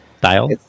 Dial